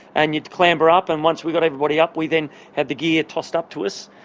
and you'd clamber up, and once we got everybody up we then had the gear tossed up to us.